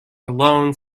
alone